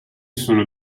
sono